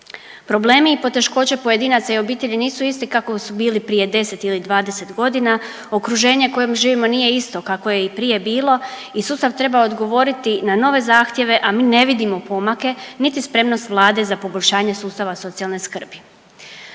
Problemi i poteškoće pojedinaca i obitelji nisu isti kako su bili prije 10 ili 20 godina, okruženje u kojem živimo nije isto kakvo je i prije bilo i sustav treba odgovoriti na nove zahtjeve, a mi ne vidimo pomake niti spremnost vlade za poboljšanje sustava socijalne skrbi.